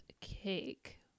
cake